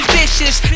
vicious